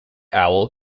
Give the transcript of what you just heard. owl